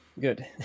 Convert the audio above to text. Good